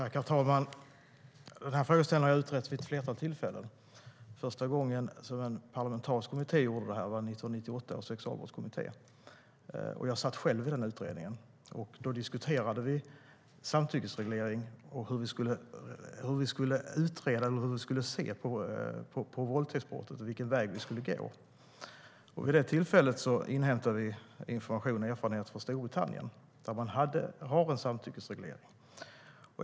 Herr talman! Denna frågeställning har utretts vid ett flertal tillfällen. Första gången en parlamentarisk kommitté gjorde det var 1998 genom Sexualbrottskommitténs utredning. Jag satt själv i den kommittén. Då diskuterade vi samtyckesreglering, hur vi skulle se på våldtäktsbrottet och vilken väg vi skulle gå. Vid det tillfället inhämtade vi information och erfarenhet från Storbritannien, där man har en samtyckesreglering.